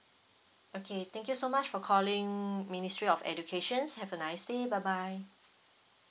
okay thank you so much for calling ministry of educations have a nice day bye bye